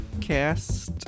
cast